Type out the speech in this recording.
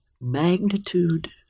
magnitude